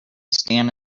stand